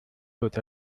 bot